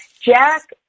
Jack